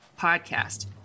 podcast